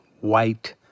white